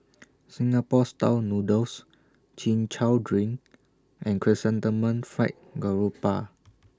Singapore Style Noodles Chin Chow Drink and Chrysanthemum Fried Garoupa